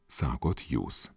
sako jūs